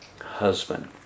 husband